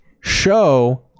show